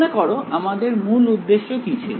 মনে করো আমাদের মূল উদ্দেশ্য কি ছিল